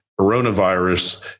coronavirus